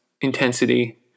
intensity